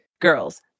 girls